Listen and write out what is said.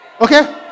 Okay